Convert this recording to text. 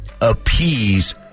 appease